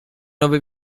nowy